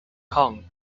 kong